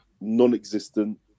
non-existent